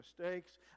mistakes